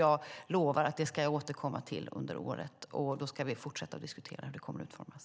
Jag lovar återkomma till det under året. Då ska vi fortsätta att diskutera hur det ska utformas.